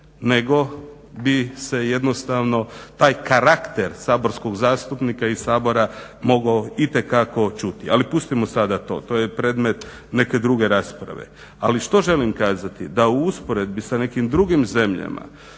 nego bi se jednostavno taj karakter saborskog zastupnika i Sabora mogao itekako čuti. Ali pustimo sada to. To je predmet neke druge rasprave. Ali što želim kazati? Da u usporedbi sa nekim drugim zemljama